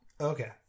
Okay